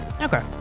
Okay